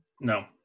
No